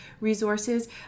resources